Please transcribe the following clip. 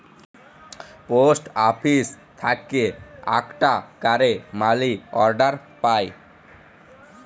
post আপিস থেক্যে আকটা ক্যারে মালি অর্ডার পায়